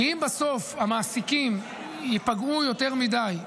כי אם בסוף המעסיקים ייפגעו יותר מדי,